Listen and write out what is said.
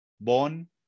born